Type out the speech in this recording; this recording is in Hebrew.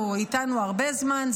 הוא איתנו הרבה זמן,